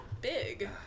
big